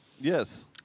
Yes